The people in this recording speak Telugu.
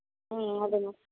అదే మా